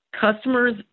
Customers